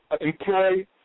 employ